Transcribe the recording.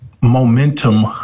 momentum